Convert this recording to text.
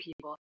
people